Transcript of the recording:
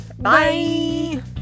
Bye